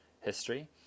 history